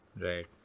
Right